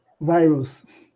virus